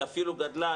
היא אפילו גדלה,